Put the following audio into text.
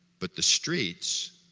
but the streets